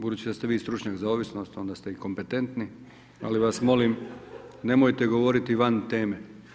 Budući da ste vi stručnjak za ovisnost onda ste i kompetentni ali vas molim nemojte govoriti van teme.